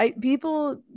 people